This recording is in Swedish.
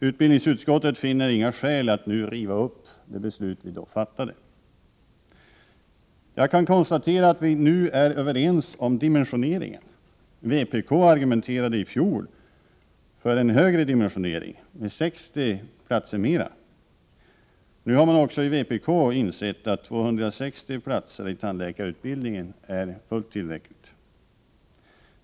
Utbildningsutskottet finner inga skäl att nu riva upp det beslut som vi då fattade. Jag kan konstatera att vi i dag är överens om dimensioneringen. Vpk argumenterade i fjol för en högre dimensionering — man ville då ha ytterligare 60 platser. Nu har man också i vpk insett att 260 platser i tandläkarutbildningen är fullt tillräckligt.